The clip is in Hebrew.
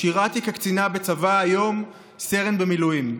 שירתי כקצינה בצבא, היום, סרן במילואים.